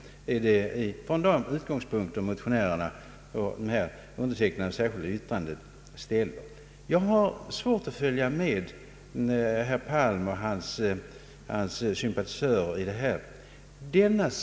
Det är från de utgångspunkterna man avgett det särskilda yttrandet. Jag har svårt att följa med herr Palm och hans sympatisörer i dessa tankegångar.